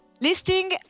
Listing